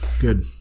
Good